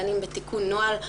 בין אם בתיקון נוהל,